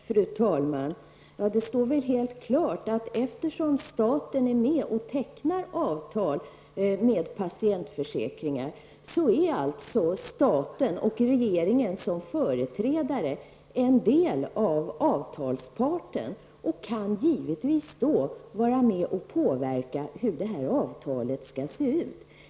Fru talman! Det står väl helt klart att eftersom staten är med och tecknar avtal med patientförsäkringarna är alltså staten med regeringen som företrädare en del av avtalsparten och kan givetvis vara med och påverka hur avtalet ska se ut.